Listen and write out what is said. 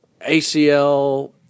ACL –